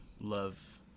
love